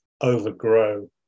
overgrow